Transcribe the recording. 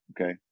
okay